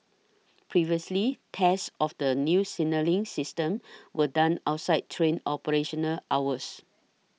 previously tests of the new signalling system were done outside train operational hours